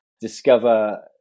discover